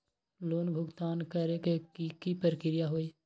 Loan भुगतान करे के की की प्रक्रिया होई?